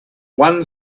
one